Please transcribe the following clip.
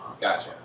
Gotcha